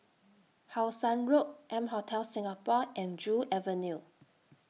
How Sun Road M Hotel Singapore and Joo Avenue